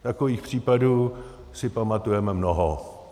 Takových případů si pamatujeme mnoho.